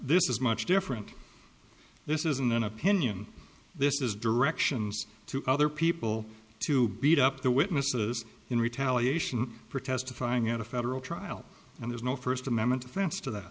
this is much different this isn't an opinion this is directions to other people to beat up the witnesses in retaliation for testifying at a federal trial and there's no first amendment offense to that